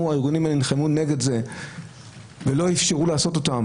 הארגונים נלחמו נגד זה ולא אפשרו לעשות אותן,